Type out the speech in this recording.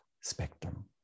spectrum